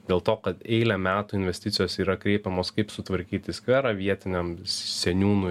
dėl to kad eilę metų investicijos yra kreipiamos kaip sutvarkyti skverą vietiniam seniūnui